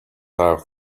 out